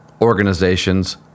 organizations